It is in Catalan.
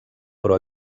però